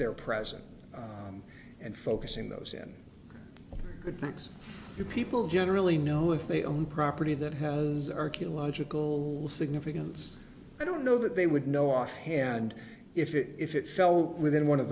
there present them and focus in those in good times the people generally know if they own property that has archaeological significance i don't know that they would know offhand if it if it fell within one of